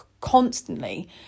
constantly